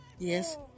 Yes